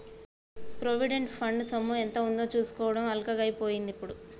provident fund సొమ్ము ఎంత ఉందో చూసుకోవడం అల్కగై పోయిందిప్పుడు